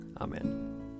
Amen